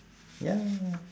ya ya ya